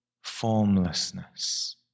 formlessness